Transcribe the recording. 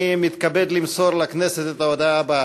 אני מתכבד למסור לכנסת את ההודעה שלהלן: